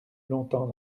longtemps